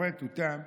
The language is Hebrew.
אפרט עכשיו